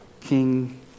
King